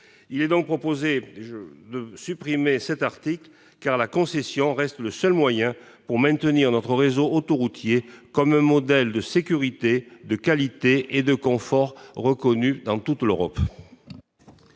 Il est donc proposé de supprimer cet article, car la concession reste le seul moyen pour que notre réseau autoroutier demeure un modèle de sécurité, de qualité et de confort reconnu dans toute l'Europe.